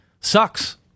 sucks